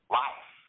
life